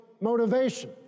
motivation